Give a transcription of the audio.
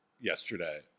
yesterday